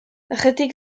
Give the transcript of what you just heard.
ychydig